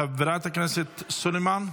חברת הכנסת סולימאן,